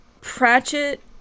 Pratchett